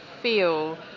feel